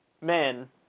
men